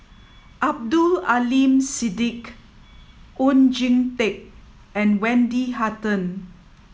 Abdul Aleem Siddique Oon Jin Teik and Wendy Hutton